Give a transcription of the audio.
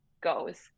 goes